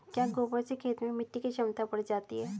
क्या गोबर से खेत में मिटी की क्षमता बढ़ जाती है?